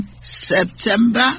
september